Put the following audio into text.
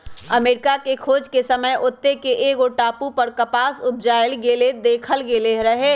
अमरिका के खोज के समय ओत्ते के एगो टापू पर कपास उपजायल देखल गेल रहै